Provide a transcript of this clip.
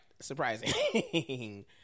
Surprising